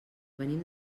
venim